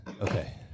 okay